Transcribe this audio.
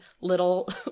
little